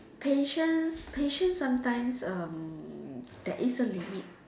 patience patience sometimes um there is a limit